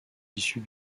issus